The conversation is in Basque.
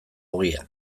ogia